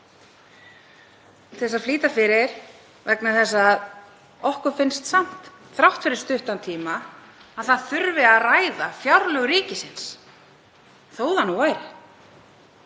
til þess að flýta fyrir. Okkur finnst samt, þrátt fyrir stuttan tíma, að það þurfi að ræða fjárlög ríkisins. Þó það nú væri.